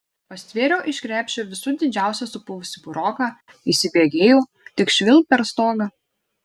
pastvėriau iš krepšio visų didžiausią supuvusį buroką įsibėgėjau tik švilpt per stogą